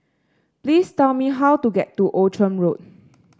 please tell me how to get to Outram Road